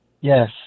Yes